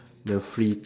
the free